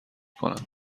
کنم